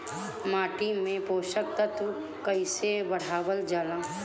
माटी में पोषक तत्व कईसे बढ़ावल जाला ह?